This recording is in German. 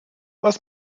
was